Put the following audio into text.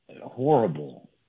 horrible